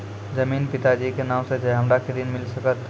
जमीन पिता जी के नाम से छै हमरा के ऋण मिल सकत?